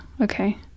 Okay